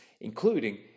including